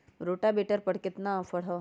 Rotavator पर केतना offer हव?